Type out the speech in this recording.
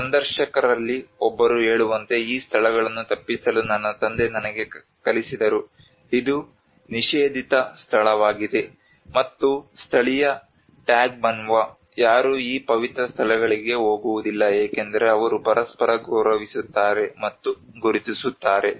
ಸಂದರ್ಶಕರಲ್ಲಿ ಒಬ್ಬರು ಹೇಳುವಂತೆ ಈ ಸ್ಥಳಗಳನ್ನು ತಪ್ಪಿಸಲು ನನ್ನ ತಂದೆ ನನಗೆ ಕಲಿಸಿದರು ಇದು ನಿಷೇಧಿತ ಸ್ಥಳವಾಗಿದೆ ಮತ್ತು ಸ್ಥಳೀಯ ಟ್ಯಾಗ್ಬನ್ವಾ ಯಾರೂ ಈ ಪವಿತ್ರ ಸ್ಥಳಗಳಿಗೆ ಹೋಗುವುದಿಲ್ಲ ಏಕೆಂದರೆ ಅವರು ಪರಸ್ಪರ ಗೌರವಿಸುತ್ತಾರೆ ಮತ್ತು ಗುರುತಿಸುತ್ತಾರೆ